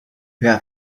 have